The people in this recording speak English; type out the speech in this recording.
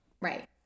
right